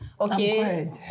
Okay